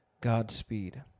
Godspeed